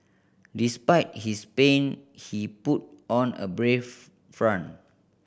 despite his pain he put on a brave front